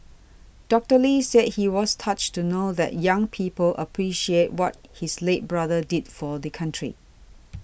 Doctor Lee said he was touched to know that young people appreciate what his late brother did for the country